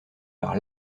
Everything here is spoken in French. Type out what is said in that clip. par